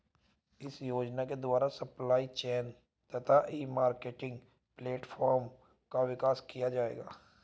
इस योजना के द्वारा सप्लाई चेन तथा ई मार्केटिंग प्लेटफार्म का विकास किया जाएगा